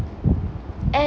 and